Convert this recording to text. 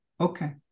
okay